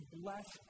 bless